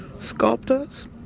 sculptors